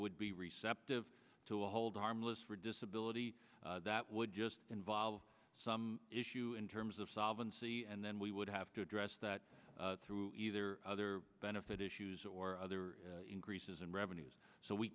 would be receptive to a hold armless for disability that would just involve some issue in terms of solvent c and then we would have to address that through either other benefit issues or other increases in revenues so we